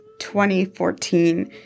2014